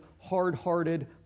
hard-hearted